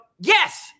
Yes